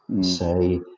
Say